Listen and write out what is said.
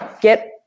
get